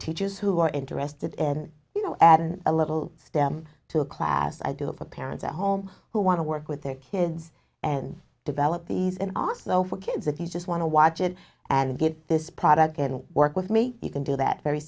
teachers who are interested in you know add in a little stem to a class ideal for parents at home who want to work with their kids and develop these and also for kids if you just want to watch it and get this product and work with me you can do that very